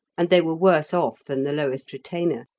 and they were worse off than the lowest retainer.